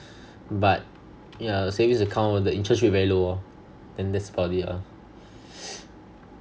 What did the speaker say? but yeah savings account the interest rate very low lor then that's about it lah